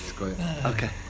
Okay